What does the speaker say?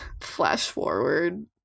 flash-forward